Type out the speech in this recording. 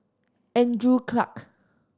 Andrew Clarke